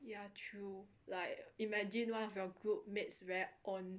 ya true like imagine one of your group mates very on